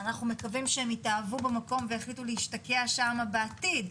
אנחנו מקווים שהם יתאהבו במקום ויחליטו להשתקע שם בעתיד,